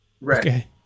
right